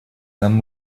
нам